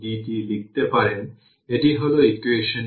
সুতরাং শুধু এটা জানাতে পেরেছি যে iC iR 0 দিয়েছে